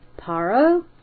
Paro